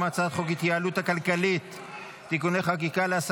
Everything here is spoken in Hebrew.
אני קובע כי הצעת חוק לתיקון דיני הבחירות לרשויות המקומיות (הוראת